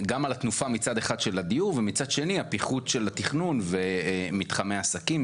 התנופה מצד אחד של הדיור ומצד שני הפיחות של התכנון ומתחמי העסקים,